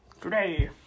today